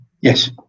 Yes